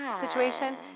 situation